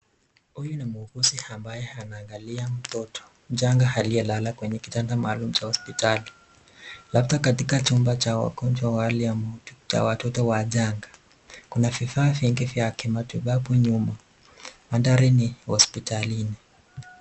Huyu ni muuguzi ambaye anaangalia mtoto mchanga aliyelala kwenye kitanda maalum cha hospitali . Labda katika chumba cha wagonjwa wale ama cha watoto wachanga. Kuna vifaa vingi vya kimatibabu nyuma, mandhari ni hospitalini.